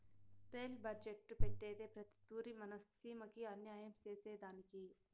rail budget పెట్టేదే ప్రతి తూరి మన సీమకి అన్యాయం సేసెదానికి